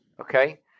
Okay